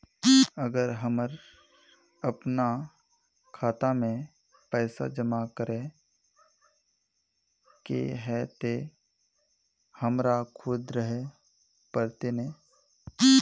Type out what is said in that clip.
अगर हमर अपना खाता में पैसा जमा करे के है ते हमरा खुद रहे पड़ते ने?